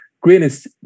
greenest